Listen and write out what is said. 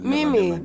Mimi